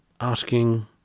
asking